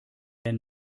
wenn